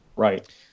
Right